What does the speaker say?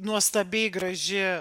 nuostabiai graži